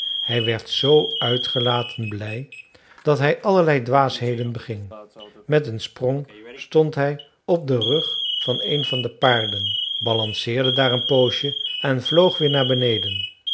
hij werd zoo uitgelaten blij dat hij allerlei dwaasheden beging met een sprong stond hij op den rug van een van de paarden balanceerde daar een poosje en vloog weer naar beneden